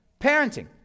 Parenting